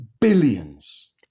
billions